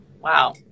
wow